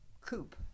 coupe